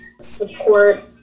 support